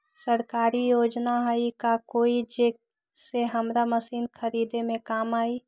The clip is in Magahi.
सरकारी योजना हई का कोइ जे से हमरा मशीन खरीदे में काम आई?